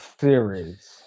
Series